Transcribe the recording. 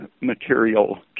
material